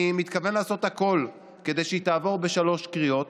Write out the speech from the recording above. אני מתכוון לעשות הכול כדי שהיא תעבור בשלוש קריאות.